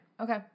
Okay